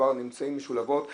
שמשולבות ומצליחות,